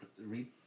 read